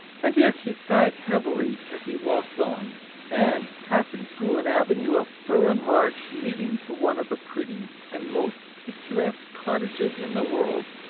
and yet he sighed heavily as he walked on and passing through an avenue of fir and larch leading to one of the prettiest and most pic turesque cottages in the world,